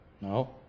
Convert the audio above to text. No